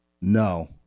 No